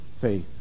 faith